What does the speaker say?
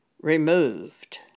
removed